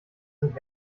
sind